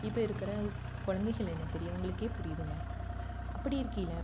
இப்போ இருக்கிற குழந்தைகள் என்ன பெரியவங்களுக்கே புரியுதுங்க அப்படி இருக்கையில்